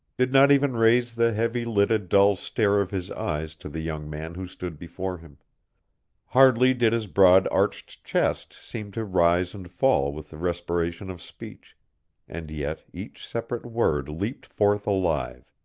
did not even raise the heavy-lidded, dull stare of his eyes to the young man who stood before him hardly did his broad arched chest seem to rise and fall with the respiration of speech and yet each separate word leaped forth alive,